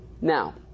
Now